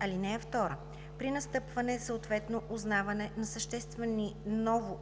(2) При настъпване, съответно узнаване на съществени ново